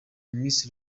miss